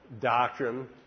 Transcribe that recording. doctrine